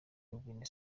guinee